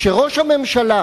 כשראש הממשלה,